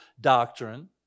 doctrine